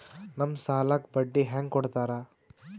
ನಮ್ ಸಾಲಕ್ ಬಡ್ಡಿ ಹ್ಯಾಂಗ ಕೊಡ್ತಾರ?